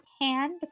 hand